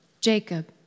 Jacob